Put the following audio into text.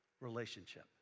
relationship